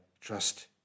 trust